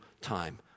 time